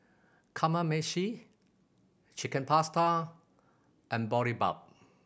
Kamameshi Chicken Pasta and Boribap